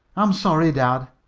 i'm sorry, dad.